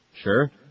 Sure